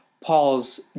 Paul's